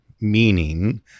meaning